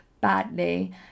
badly